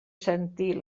sentir